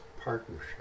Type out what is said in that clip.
partnership